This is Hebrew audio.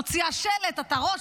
מוציאה שלט: אתה הראש,